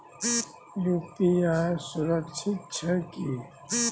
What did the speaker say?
UPI सुरक्षित छै की?